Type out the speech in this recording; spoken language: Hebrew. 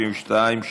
סעיף 32 (3),